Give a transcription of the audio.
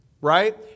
Right